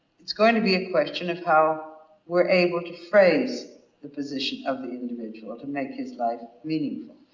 it's going to be a question of how we're able to phrase the position of the individual to make his life meaningful.